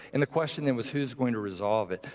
and the question, then, was who's going to resolve it?